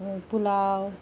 pulao